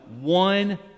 one